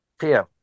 PM